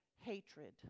hatred